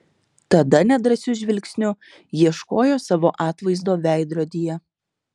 tada nedrąsiu žvilgsniu ieškojo savo atvaizdo veidrodyje